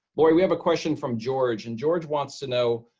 we we have a question from george. and george wants to know,